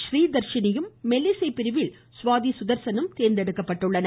ஸ்ரீ தர்ஷினியும் மெல்லிசை பிரிவில் சுவாதி சுதர்ஸனும் தேர்ந்தெடுக்கப்பட்டுள்ளனர்